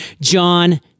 John